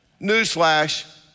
Newsflash